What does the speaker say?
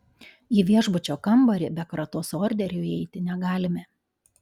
į viešbučio kambarį be kratos orderio įeiti negalime